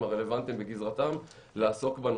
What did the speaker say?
הרלוונטיים בגזרתם לעסוק בנושא.